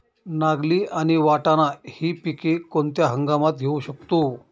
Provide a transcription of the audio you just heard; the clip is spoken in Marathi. नागली आणि वाटाणा हि पिके कोणत्या हंगामात घेऊ शकतो?